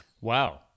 Wow